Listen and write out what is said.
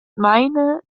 meine